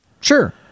Sure